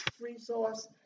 resource